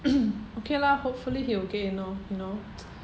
okay lah hopefully he'll get in orh you know